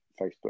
Facebook